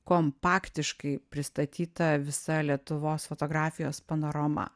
kompaktiškai pristatyta visa lietuvos fotografijos panorama